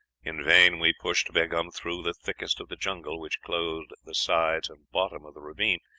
in vain we pushed begaum through the thickest of the jungle which clothed the sides and bottom of the ravine,